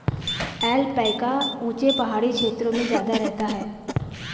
alpaca ऊँचे पहाड़ी क्षेत्रों में ज्यादा रहता है